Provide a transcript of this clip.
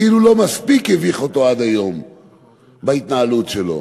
כאילו לא מספיק הביך אותו עד היום בהתנהלות שלו.